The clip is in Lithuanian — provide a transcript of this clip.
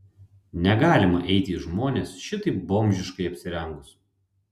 negalima eiti į žmones šitaip bomžiškai apsirengus